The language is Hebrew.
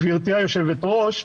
גברתי היושבת-ראש,